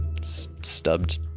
Stubbed